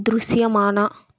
దృశ్యమాన